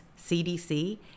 CDC